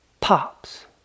pops